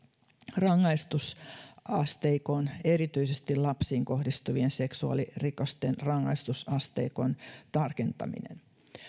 rangaistusasteikon ja erityisesti lapsiin kohdistuvien seksuaalirikosten rangaistusasteikon tarkentamisen